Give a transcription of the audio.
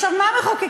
עכשיו מה מחוקקים?